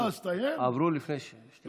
עברו לפני שתי דקות.